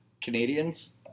Canadians